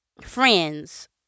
friends